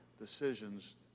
decisions